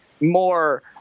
more